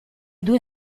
due